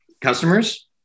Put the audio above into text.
customers